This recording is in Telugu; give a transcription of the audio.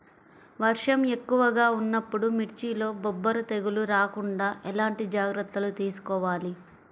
వర్షం ఎక్కువగా ఉన్నప్పుడు మిర్చిలో బొబ్బర తెగులు రాకుండా ఎలాంటి జాగ్రత్తలు తీసుకోవాలి?